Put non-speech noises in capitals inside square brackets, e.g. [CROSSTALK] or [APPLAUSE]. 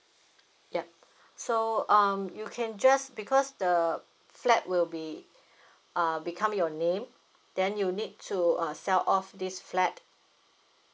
yup [BREATH] so um you can just because the flat will be [BREATH] uh become your name then you need to uh sell of this flat